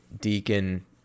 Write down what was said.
Deacon